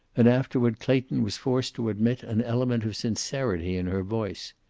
and afterward clayton was forced to admit an element of sincerity in her voice.